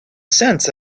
sense